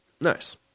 Nice